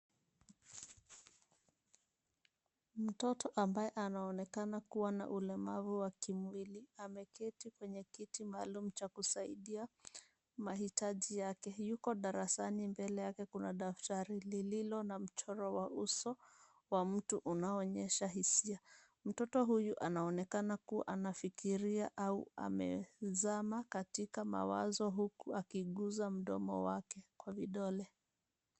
Mtoto ambaye anaonekana kuwa na ulemavu wa kimwili ameketi kwenye kiti maalum cha kusaidia mahitaji yake. Yuko darasani, mbele yake kuna daftari lililo na mchoro wa uso wa mtu unaoonyesha hisia. Mtoto huyu anaonekana kuwa anafikiria au amezama katika mawazo huku akiguza mdomo wake kwa vidole.